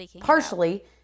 partially